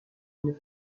une